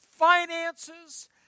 finances